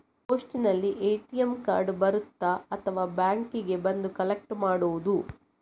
ಪೋಸ್ಟಿನಲ್ಲಿ ATM card ಬರುತ್ತಾ ಅಥವಾ ಬ್ಯಾಂಕಿಗೆ ಬಂದು ಕಲೆಕ್ಟ್ ಮಾಡುವುದು?